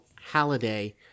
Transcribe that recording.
Halliday